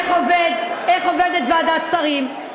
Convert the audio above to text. איך עובדת ועדת שרים.